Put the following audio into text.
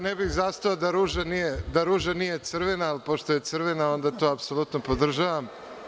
Ne bih zastao da ruža nije crvena, ali pošto je crvena, to apsolutno podržavam.